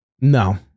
No